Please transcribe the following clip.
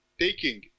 Taking